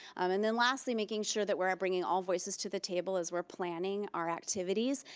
and then lastly making sure that we're bringing all voices to the table, as we're planning our activities,